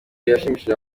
yashimishije